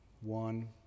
One